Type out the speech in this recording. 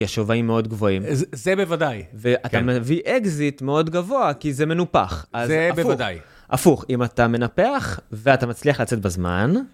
יש שוויים מאוד גבוהים. זה בוודאי. ואתה מביא אקזיט מאוד גבוה, כי זה מנופח. זה בוודאי. אז הפוך, אם אתה מנפח, ואתה מצליח לצאת בזמן...